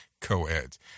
co-eds